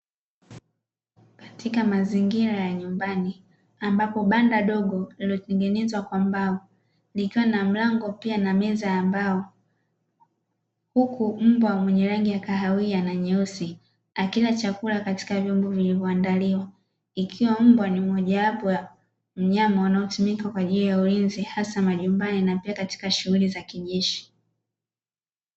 Katika mazingira ya nyumbani ambapo banda dogo lilitengenezwa kwa mbao ikiwa na mlango pia na meza ya mbao, huku mbwa mwenye rangi ya kahawia na nyeusi akina chakula katika vyombo vilivyoandaliwa, ikiwa mbwa ni mojawapo ya mnyama wanaotumika kwa ajili ya ulinzi hasa majumbani na pia katika shughuli za kijeshi.